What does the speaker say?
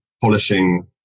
polishing